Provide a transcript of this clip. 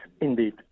indeed